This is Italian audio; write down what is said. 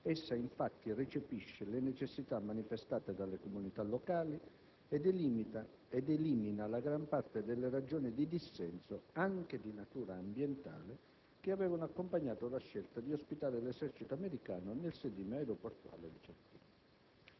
Essa, infatti, recepisce le necessità manifestate dalle comunità locali ed elimina la gran parte delle ragioni di dissenso, anche di natura ambientale, che avevano accompagnato la scelta di ospitare l'esercito americano nel sedime aeroportuale vicentino.